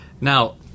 Now